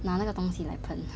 拿那个东西来喷